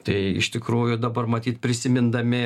tai iš tikrųjų dabar matyt prisimindami